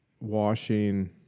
washing